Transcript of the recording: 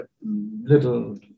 little